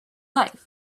life